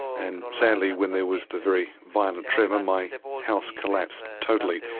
and sadly when there was the very violent tremor my house collapsed totally.